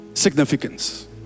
significance